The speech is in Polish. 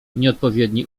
nieodpowiedni